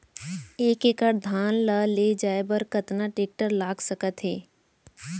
एक एकड़ धान ल ले जाये बर कतना टेकटर लाग सकत हे?